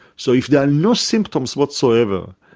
so if there are no symptoms whatsoever,